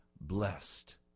blessed